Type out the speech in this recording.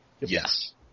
Yes